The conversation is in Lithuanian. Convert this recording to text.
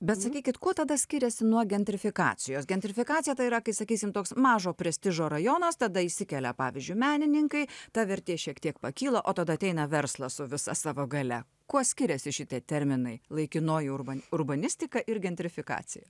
bet sakykit kuo tada skiriasi nuo gentrifikacijos gentrifikacija tai yra kai sakysime toks mažo prestižo rajonas tada išsikelia pavyzdžiui menininkai ta vertė šiek tiek pakyla o tada ateina verslas su visa savo galia kuo skiriasi šitie terminai laikinoji urvan urbanistika ir gentrifikacija